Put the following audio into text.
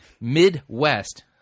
Midwest